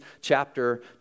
chapter